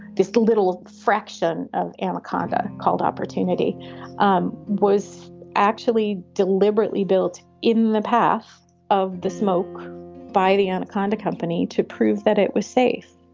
this little fraction of anaconda called opportunity um was actually deliberately built in the path of the smoke by the anaconda company to prove that it was safe.